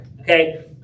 okay